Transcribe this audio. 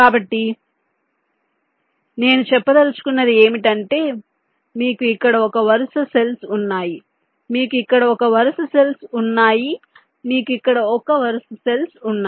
కాబట్టి నేను చెప్పదలచుకున్నది ఏమిటంటే మీకు ఇక్కడ ఒక వరుస సెల్స్ ఉన్నాయి మీకు ఇక్కడ ఒక వరుస సెల్స్ ఉన్నాయి మీకు ఇక్కడ ఒక వరుస సెల్స్ ఉన్నాయి